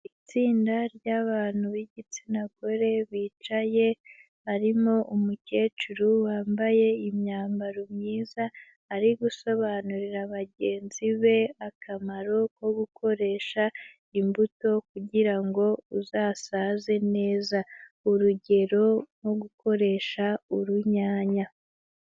Itsinda ry'abantu b'igitsina gore bicaye, harimo umukecuru wambaye imyambaro myiza, ari gusobanurira bagenzi be akamaro ko gukoresha imbuto kugira ngo uzasaze neza, urugero nko gukoresha urunyanya.